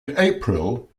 april